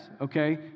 okay